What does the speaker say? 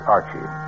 Archie